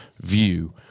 view